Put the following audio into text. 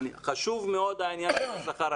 חשוב מאוד העניין של השכר,